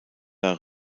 der